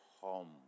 home